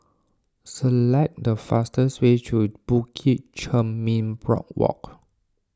select the fastest way to Bukit Chermin Boardwalk